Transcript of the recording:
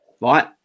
Right